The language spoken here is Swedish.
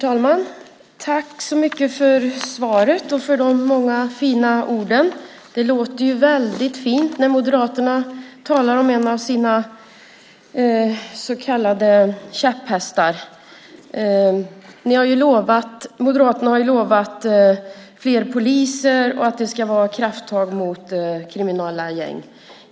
Herr talman! Tack för svaret och de många fina orden! Det låter väldigt fint när Moderaterna talar om en av sina så kallade käpphästar. Moderaterna har ju lovat fler poliser och krafttag mot kriminella gäng.